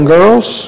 girls